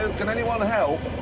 and can anyone help?